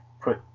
put